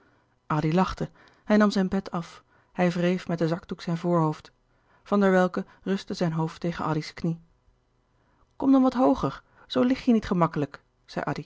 addy lachte hij nam zijn pet af hij wreef met den zakdoek zijn voorhoofd van der welcke rustte zijn hoofd tegen addy's knie kom dan wat hooger zoo lig je niet gemakkelijk zei